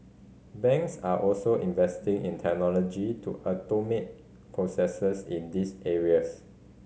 banks are also investing in technology to automate processes in this areas